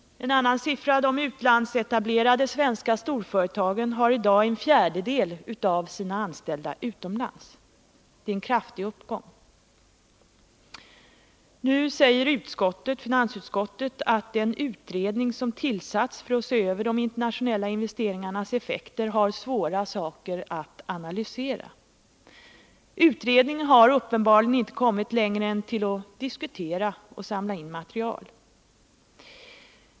De utlandsetablerade svenska storföretagen har i dag en fjärdedel av sina anställda utomlands. Det är en avsevärd uppgång. Nu säger finansutskottet att den utredning som har tillsatts för att se över de internationella investeringarnas effekter har svåra saker att analysera. Utredningen har uppenbarligen inte kommit längre än till att diskutera och samla in material.